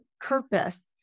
purpose